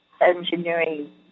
engineering